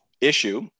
issue